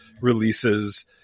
releases